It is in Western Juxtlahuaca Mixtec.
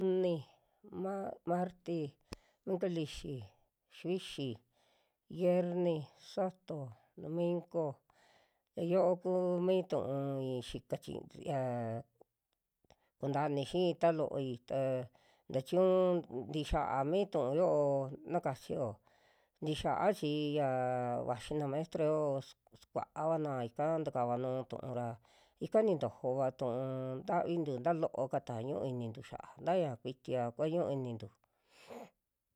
Luni, ma- marti, minko lixi, xiuxi, xierni, suvato, dominko, yaa yo'o kuu mi tu'ui xika chi yaak kunta ini xii ta looi ta ntachiñu tii xiaa mi tu'un yo'o na kachio, ntiaxaa chii yaa vaxi na maestro yoo su- sukuavana ika nikava nuu tu'u ra ika nintojova tu'un ntavitu ntaa loo'ka taa ñuu inintu xa'a, taya ñaja kuitia kua ñu'u inuntu.